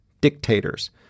dictators